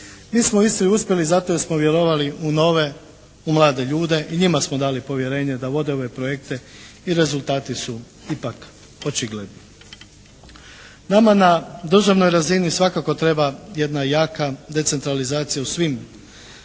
Mi smo u Istri uspjeli zato jer smo vjerovali u nove, u mlade ljude i njima smo dali povjerenje da vode ove projekte i rezultati su ipak očigledni. Nama na državnoj razini svakako treba jedna jaka decentralizacija u svim